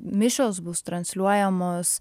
mišios bus transliuojamos